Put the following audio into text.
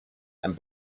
and